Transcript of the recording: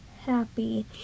happy